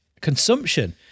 consumption